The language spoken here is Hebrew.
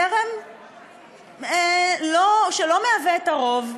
זה זרם שלא מהווה את הרוב,